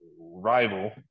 rival